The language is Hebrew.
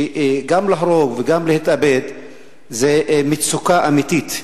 גם להרוג וגם להתאבד זה מצוקה אמיתית.